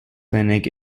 clinic